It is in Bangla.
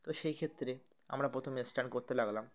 তো সেই ক্ষেত্রে আমরা প্রথমে স্টান্ট করতে লাগলাম